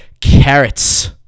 carrots